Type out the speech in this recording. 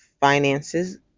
finances